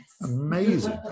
amazing